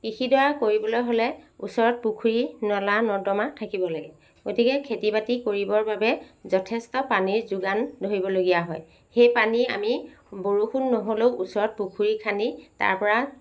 কৃষিডৰা কৰিবলৈ হ'লে ওচৰত পুখুৰী নলা নৰ্দমা থাকিব লাগে গতিকে খেতি বাতি কৰিবৰ বাবে যথেষ্ট পানী যোগান ধৰিব লগা হয় সেই পানী আমি বৰষুণ নহ'লেও ওচৰত পুখুৰী খান্দি তাৰ পৰা